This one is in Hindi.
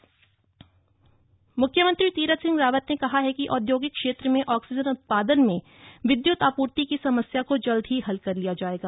मुख्यमंत्री निरीक्षण मुख्यमंत्री तीरथ सिंह रावत ने कहा है कि औद्योगिक क्षेत्र में अक्सीजन उत्पादन में विद्युत आपूर्ति की समस्या को जल्द ही हल कर लिया जायेगा